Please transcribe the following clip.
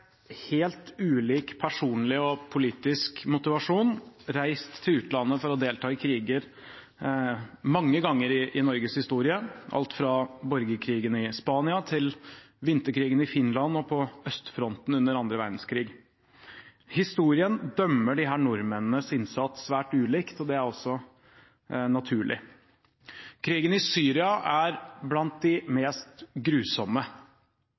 delta i kriger, alt fra borgerkrigen i Spania til vinterkrigen i Finland og på østfronten under annen verdenskrig. Historien dømmer disse nordmennenes innsats svært ulikt, det er også naturlig. Krigen i Syria er blant de mest grusomme